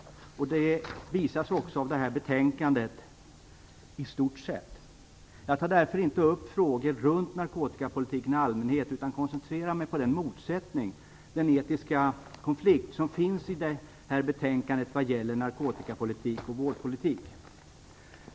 Det visar sig också i stort sett av detta betänkande. Jag tar därför inte upp frågor runt narkotikapolitiken i allmänhet utan koncentrerar mig på den motsättning, den etiska konflikt, som finns i detta betänkande vad gäller narkotikapolitik och vårdpolitik.